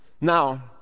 Now